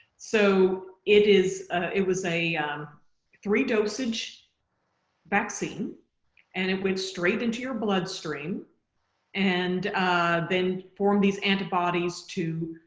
so it is it was a three dosage vaccine and it went straight into your bloodstream and then form these antibodies to